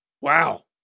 Wow